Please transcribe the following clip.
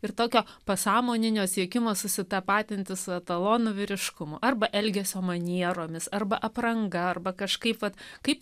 ir tokio pasąmoninio siekimą susitapatinti su etalonu vyriškumo arba elgesio manieromis arba apranga arba kažkaip vat kaip